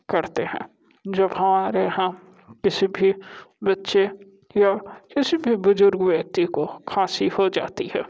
करते हैं जब हमारे यहाँ किसी भी बच्चे या किसी भी बुज़ुर्ग व्यक्ति को खाँसी हो जाती है